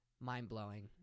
mind-blowing